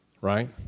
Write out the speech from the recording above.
right